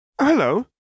Hello